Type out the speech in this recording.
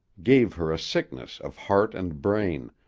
gave her a sickness of heart and brain,